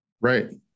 Right